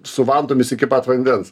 su vantomis iki pat vandens